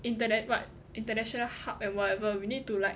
internet what international hub and whatever you need to like